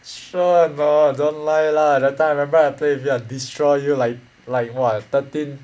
sure or not don't lie lah that time that time I play with you I destroy you like like what thirteen